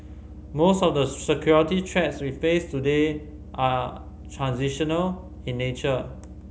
most of the security threats we face today are transnational in nature